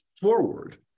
forward